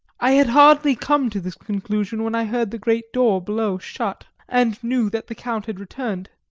i had hardly come to this conclusion when i heard the great door below shut, and knew that the count had returned.